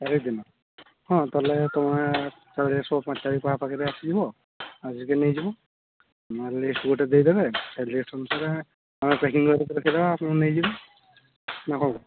ଚାରି ଦିନ ହଁ ତା'ହେଲେ ତୁମେ ଚାଲିଆସିବ ପାଞ୍ଚ ତାରିଖ ପାଖ ପାଖିରେ ଆସିଯିବ ଆସିକି ନେଇଯିବ ନହେଲେ ଲିଷ୍ଟ ଗୋଟେ ଦେଇ ଦେବେ ସେ ଲିଷ୍ଟ ଅନୁସାରେ ଆମେ ପ୍ୟାକିଂ କରିକି ରଖିଦେବା ଆପଣ ନେଇଯିବେ ନା କ'ଣ